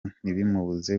ntibimubuza